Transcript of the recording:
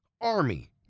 Army